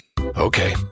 Okay